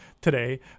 today